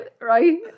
Right